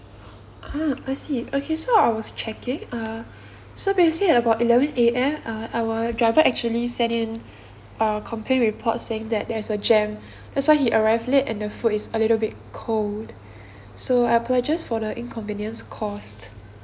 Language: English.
ah I see so I was checking uh so basically about eleven A M uh our driver actually send in uh complaint report saying that there's a jam that's why he arrived late and the food is a little bit cold so I apologise for the inconvenience caused